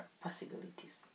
possibilities